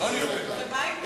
ומה עם דין התנועה?